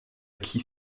qui